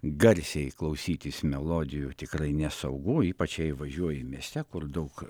garsiai klausytis melodijų tikrai nesaugu ypač jei važiuoji mieste kur daug